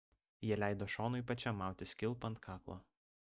jie leido šonui pačiam mautis kilpą ant kaklo